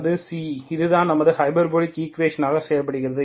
அது c அதுதான் நமது ஹைபர்போலிக் ஈக்குவேஷன் செயல்படுகிறது